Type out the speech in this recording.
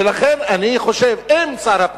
ולכן, אני חושב שאם שר הפנים,